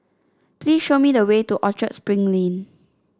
please show me the way to Orchard Spring Lane